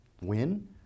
win